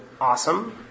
Awesome